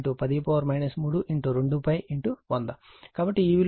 కాబట్టి ఈ విలువ 5 j 31